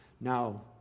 Now